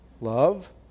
love